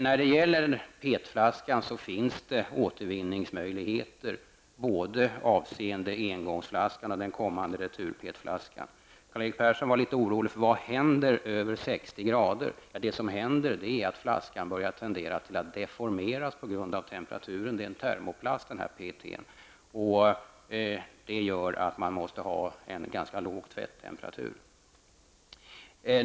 För PET-flaskan finns det återvinningsmöjligheter, både avseende engångsflaskan och den kommande retur-PET-flaskan. Karl-Erik Persson var litet orolig över vad som händer vid tvättning i över 60 graders värme. Det som händer är att flaskan tenderar att börja deformeras på grund av temperaturen. PET är en termoplast, och det gör att man måste ha en ganska låg tvättemperatur.